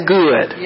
good